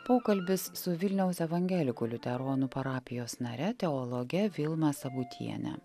pokalbis su vilniaus evangelikų liuteronų parapijos nare teologe vilma sabutiene